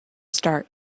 start